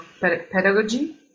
pedagogy